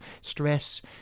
stress